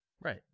Right